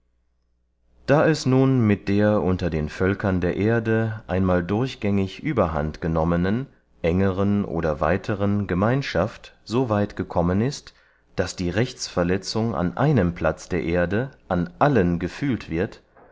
da es nun mit der unter den völkern der erde einmal durchgängig überhand genommenen engeren oder weiteren gemeinschaft so weit gekommen ist daß die rechtsverletzung an einem platz der erde an allen gefühlt wird